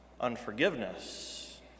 unforgiveness